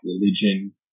religion